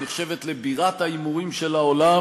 שנחשבת לבירת ההימורים של העולם,